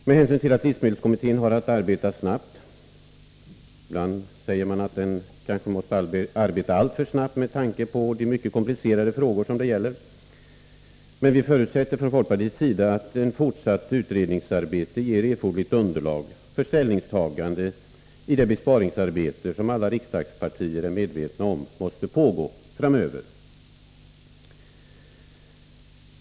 Med hänsyn till att livsmedelskommittén har att arbeta snabbt —- ibland säger man att den kanske måste arbeta alltför snabbt med tanke på de mycket komplicerade frågor det gäller — förutsätter vi från folkpartiets sida att fortsatt utredningsarbete ger erforderligt underlag för ställningstagande i det besparingsarbete som alla riksdagspartier är medvetna om måste pågå framöver.